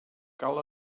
cal